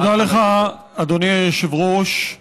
תודה לך, אדוני היושב-ראש.